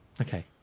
Okay